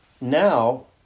now